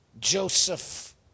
Joseph